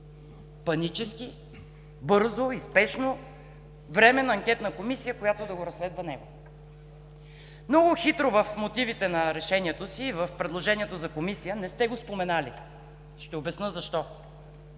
панически, бързо и спешно да създадете Временна анкетна комисия, която да разследва него. Много хитро в мотивите на решението си и в предложението за комисия не сте го споменали. Ще обясня защо.